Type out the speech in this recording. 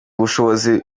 ubushobozi